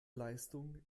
leistung